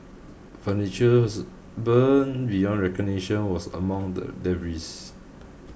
furnitures burned beyond recognition was among the debris